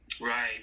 Right